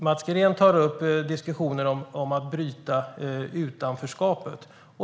Mats Green tar upp diskussionen om att bryta utanförskapet.